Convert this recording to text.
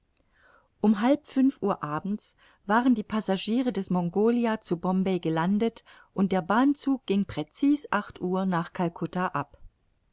um halb fünf uhr abends waren die passagiere des mongolia zu bombay gelandet und der bahnzug ging präcis acht uhr nach calcutta ab